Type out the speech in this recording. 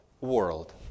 world